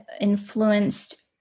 influenced